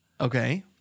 Okay